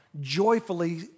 joyfully